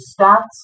stats